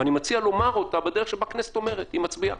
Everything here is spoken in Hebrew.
ואני מציע לומר אותה בדרך שבה הכנסת אומרת: היא מצביעה.